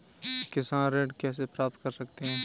किसान ऋण कैसे प्राप्त कर सकते हैं?